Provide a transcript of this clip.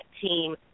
team